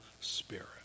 Spirit